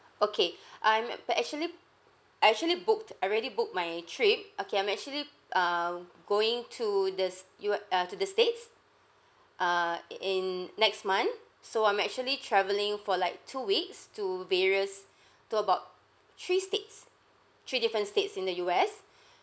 okay I'm p~ actually I actually booked I already booked my trip okay I'm actually um going to the st~ U uh to the states err i~ in next month so I'm actually travelling for like two weeks to various to about three states three different states in the U_S